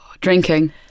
Drinking